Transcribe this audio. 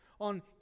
on